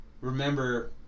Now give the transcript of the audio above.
remember